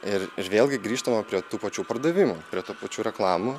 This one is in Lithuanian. ir ir vėlgi grįžtama prie tų pačių pardavimų prie tų pačių reklamų